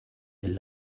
del